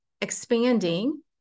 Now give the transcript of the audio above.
expanding